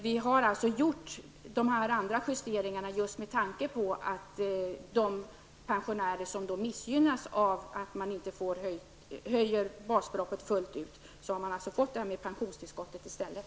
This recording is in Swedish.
Vi har alltså gjort de andra justeringarna just med tanke på de pensionärer som missgynnas av att basbeloppet inte höjs fullt ut. De har fått pensionstillskottet i stället.